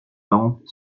lampe